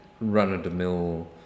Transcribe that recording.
run-of-the-mill